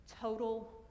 total